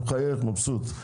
מחייך, מבסוט.